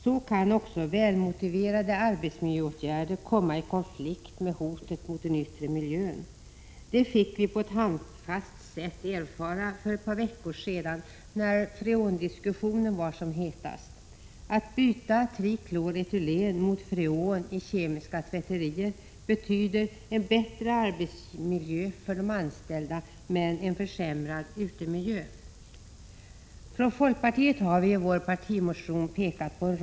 Så kan också välmotiverade arbetsmiljöåtgärder komma i konflikt med hotet mot den yttre miljön. Det fick vi på ett handfast sätt erfara för ett par veckor sedan när freon-diskussionen var som hetast. Att byta trikloretylen mot freon i kemiska tvätterier betyder bättre arbetsmiljö men en försämrad utemiljö. Från folkpartiet har vi i vår partimotion pekat på en rad åtgärder som Prot.